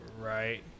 Right